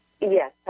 Yes